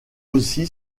aussi